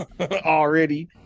already